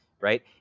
right